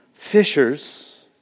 Fishers